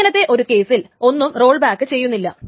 ഇങ്ങനത്തെ ഒരു കേസ്സിൽ ഒന്നും റോൾ ബാക്ക് ചെയ്യുന്നില്ല